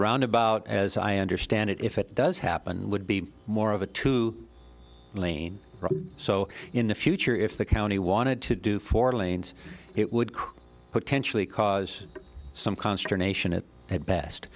roundabout as i understand it if it does happen would be more of a two lane so in the future if the county wanted to do four lanes it would potentially cause some consternation at best